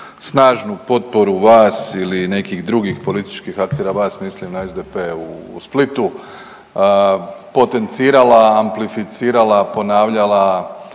snažnu potporu vas ili nekih drugih političkih aktera, vas mislim na SDP u Splitu, potencirala, amplificirala, ponavljala,